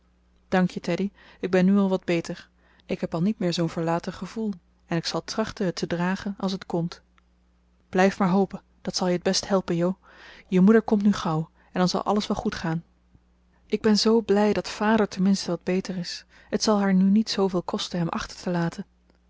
dank je teddy ik ben nu al wat beter ik heb al niet meer zoo'n verlaten gevoel en ik zal trachten het te dragen als het komt blijf maar hopen dat zal je het best helpen jo je moeder komt nu gauw en dan zal alles wel goed gaan ik ben zoo blij dat vader tenminste wat beter is het zal haar nu niet zooveel kosten hem achter te laten